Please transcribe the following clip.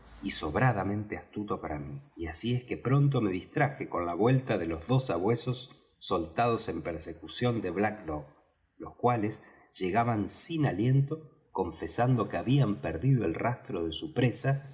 y sobradamente astuto para mí y así es que pronto me distraje con la vuelta de los dos sabuesos soltados en persecución de black dog los cuales llegaban sin aliento confesando que habían perdido el rastro de su presa